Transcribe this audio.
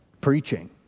preaching